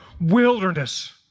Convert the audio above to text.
wilderness